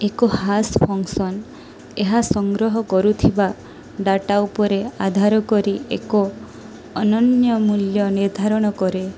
ଏକ hash function ଏହା ସଂଗ୍ରହ କରୁଥିବା ଡାଟା ଉପରେ ଆଧାର କରି ଏକ ଅନନ୍ୟ ମୂଲ୍ୟ ନିର୍ଦ୍ଧାରଣ କରେ